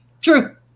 True